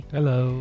Hello